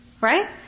Right